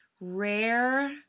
rare